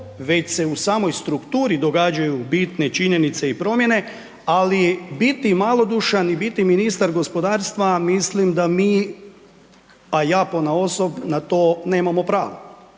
već se u samoj strukturi događaju bitne činjenice i promjene, ali biti malodušan i biti ministar gospodarstva mislim da mi a ja ponaosob na to nemamo pravo.